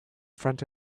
front